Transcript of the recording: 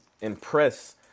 impress